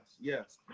yes